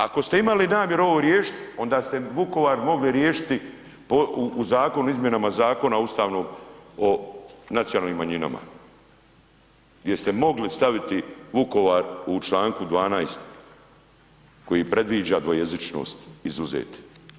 Ako ste imali namjeru ovo riješiti onda ste Vukovar mogli riješiti u zakonu o izmjenama Zakona o ustavnom o nacionalnim manjinama, gdje ste mogli staviti Vukovar u Članku 12. koji predviđa dvojezičnost, izuzeti.